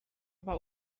aber